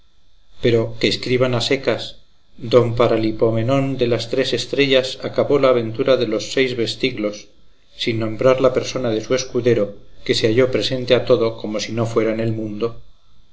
pero que escriban a secas don paralipomenón de las tres estrellas acabó la aventura de los seis vestiglos sin nombrar la persona de su escudero que se halló presente a todo como si no fuera en el mundo